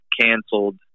canceled